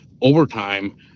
overtime